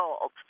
old